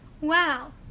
Wow